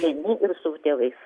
vieni ir su tėvais